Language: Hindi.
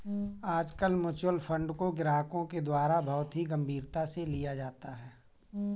आजकल म्युच्युअल फंड को ग्राहकों के द्वारा बहुत ही गम्भीरता से लिया जाता है